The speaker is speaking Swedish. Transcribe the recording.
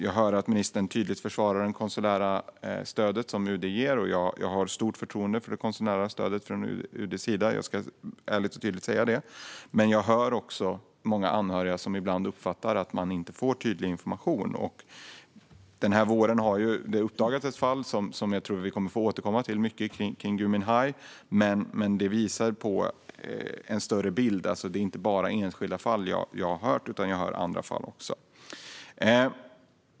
Jag hör att ministern tydligt försvarar det konsulära stöd som UD ger, och jag har stort förtroende för det konsulära stödet från UD:s sida, det ska jag ärligt och tydligt säga. Men jag hör också att många anhöriga uppfattar att de ibland inte får tydlig information. Den här våren har ett fall uppmärksammats mycket, som jag tror att vi får återkomma till, nämligen det som rör Gui Minhai. Det visar att det finns en större bild och inte bara handlar om de enskilda fall som jag har hört om. Det finns andra fall också.